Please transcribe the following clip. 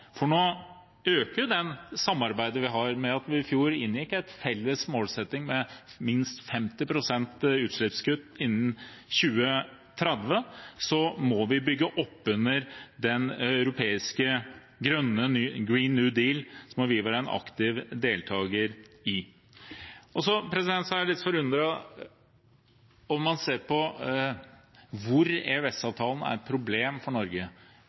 samarbeidet vi har, øker nå ved at vi i fjor inngikk en felles målsetting om minst 50 pst. utslippskutt innen 2030. Vi må bygge oppunder den europeiske «Green New Deal» og være en aktiv deltaker i det. Jeg er litt forundret over hvordan man ser på EØS-avtalen som et problem for Norge.